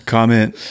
Comment